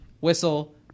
Whistle